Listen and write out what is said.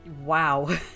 Wow